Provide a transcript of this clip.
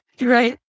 right